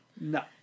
No